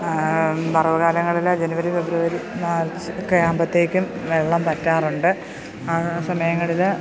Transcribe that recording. വരള്ച്ച കാലങ്ങളില് ജനുവരി ഫെബ്രുവരി മാർച്ചൊക്കെയാകുമ്പോഴത്തേക്കും വെള്ളം പറ്റാറുണ്ട് ആ സമയങ്ങളില്